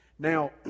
Now